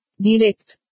Direct